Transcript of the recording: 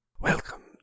welcome